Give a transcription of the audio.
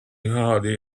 hardly